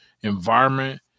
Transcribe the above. environment